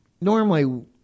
Normally